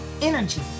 energy